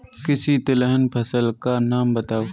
किसी तिलहन फसल का नाम बताओ